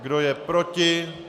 Kdo je proti?